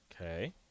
Okay